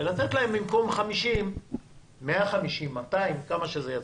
ולתת להם במקום 50 - 150,200 שקל, כמה שזה יצא.